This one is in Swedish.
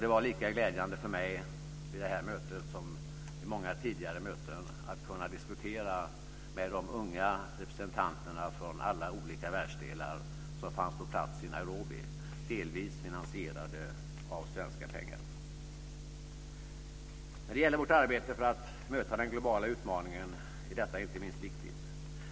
Det var lika glädjande för mig vid det här mötet som vid många tidigare möten att kunna diskutera med de unga representanterna från alla världsdelar som fanns på plats i Nairobi, delvis finansierade av svenska pengar. När det gäller vårt arbete för att möta den globala utmaningen är detta inte minst viktigt.